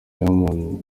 diamond